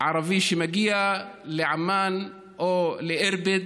ערבי שמגיע לעמאן או לאירביד,